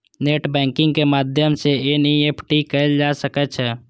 net banking के माध्यम सं एन.ई.एफ.टी कैल जा सकै छै